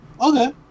Okay